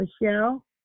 Michelle